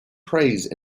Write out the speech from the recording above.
praise